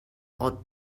odd